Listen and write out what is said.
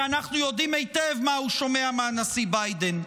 כי אנחנו יודעים היטב מה הוא שומע מהנשיא ביידן.